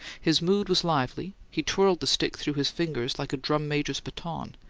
his mood was lively he twirled the stick through his fingers like a drum-major's baton,